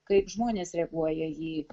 kaip žmonės reaguoja į